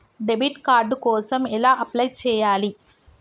Debit card కోసం ఎలా apply చేయాలి?